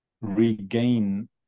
regain